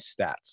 stats